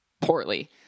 poorly